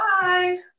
Bye